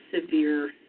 severe